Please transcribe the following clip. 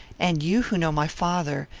and you, who know my father,